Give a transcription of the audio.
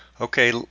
Okay